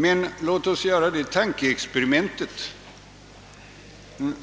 Men låt oss göra tankeexperimentet